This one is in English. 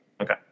Okay